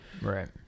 Right